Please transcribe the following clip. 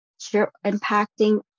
impacting